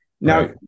now